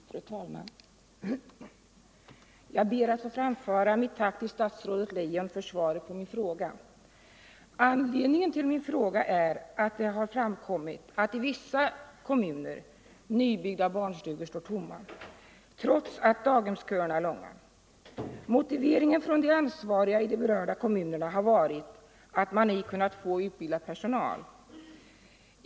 Fru talman! Jag ber att få framföra mitt tack till statsrådet Leijon för svaret på min fråga. Anledningen till min fråga är att det har framkommit att i vissa kommuner nybyggda barnstugor står tomma, trots att daghemsköerna är långa. Förklaringen från de ansvariga i de berörda kommunerna har varit att man ej kunnat få utbildad personal.